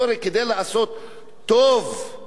טוב לאוכלוסייה שלהם,